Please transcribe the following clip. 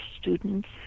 students